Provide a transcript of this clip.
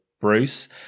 Bruce